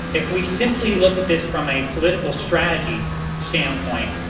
if we simply look at this from a political strategy standpoint,